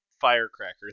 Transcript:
firecracker